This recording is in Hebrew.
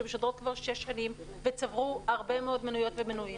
שמשדרות כבר שש שנים וצברו הרבה מאוד מנויות ומנויים,